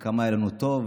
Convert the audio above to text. על כמה היה לנו טוב,